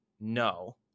no